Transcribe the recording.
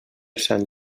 sant